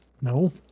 No